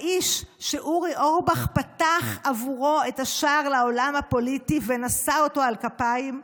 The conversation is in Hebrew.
האיש שאורי אורבך פתח עבורו את השער לעולם הפוליטי ונשא אותו על כפיים,